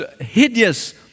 hideous